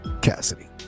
Cassidy